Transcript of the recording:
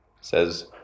Says